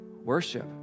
worship